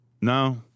No